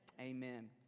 Amen